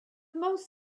most